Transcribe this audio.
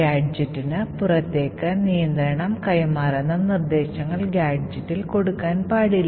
ഗാഡ്ജെറ്റിന് പുറത്തേക്കു നിയന്ത്രണം കൈമാറുന്ന നിർദ്ദേശങ്ങൾ ഗാഡ്ജെറ്റിൽ കൊടുക്കാൻ പാടില്ല